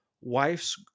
wife's